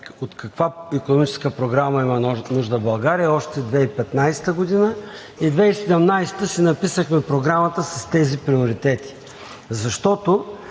от каква икономическа програма има нужда България още в 2017 г. и в 2017 г. си написахме програмата с тези приоритети. Защото